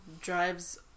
drives